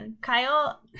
Kyle